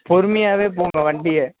பொறுமைகயாவே போங்க வண்டியை